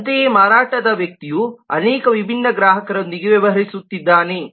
ಅಂತೆಯೇ ಮಾರಾಟದ ವ್ಯಕ್ತಿಯು ಅನೇಕ ವಿಭಿನ್ನ ಗ್ರಾಹಕರೊಂದಿಗೆ ವ್ಯವಹರಿಸುತ್ತಿದ್ದಾನೆ